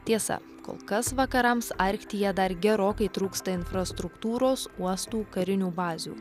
tiesa kol kas vakarams arktyje dar gerokai trūksta infrastruktūros uostų karinių bazių